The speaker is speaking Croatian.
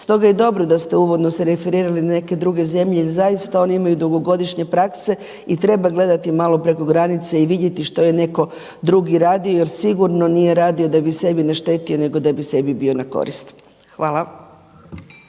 Stoga je dobro da ste se uvodno referirali na neke druge zemlje jer zaista oni imaju dugogodišnje praske i treba gledati malo preko granice i vidjeti što je neko drugi radio jer sigurno nije radio da bi sebi naštetio nego da bi sebi bio na korist. Hvala.